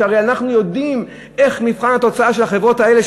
והרי אנחנו יודעים את מבחן התוצאה של החברות האלה,